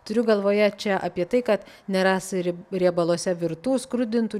turiu galvoje čia apie tai kad neras ir riebaluose virtų skrudintų